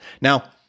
Now